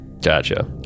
Gotcha